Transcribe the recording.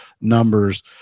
numbers